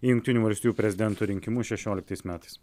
į jungtinių valstijų prezidento rinkimus šešioliktais metais